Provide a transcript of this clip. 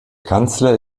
kanzler